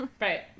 Right